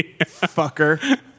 fucker